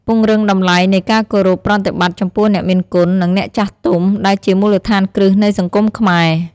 ពង្រឹងតម្លៃនៃការគោរពប្រតិបត្តិចំពោះអ្នកមានគុណ និងអ្នកចាស់ទុំ ដែលជាមូលដ្ឋានគ្រឹះនៃសង្គមខ្មែរ។